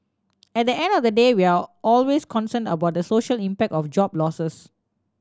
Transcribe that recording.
at the end of the day we're always concerned about the social impact of job losses